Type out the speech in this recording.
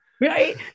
Right